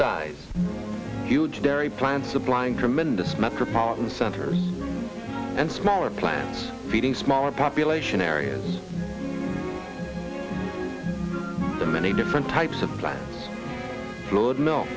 size huge dairy plant supplying tremendous metropolitan centers and smaller plants feeding smaller population areas to many different types of plant blood